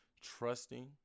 trusting